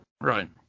Right